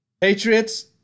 Patriots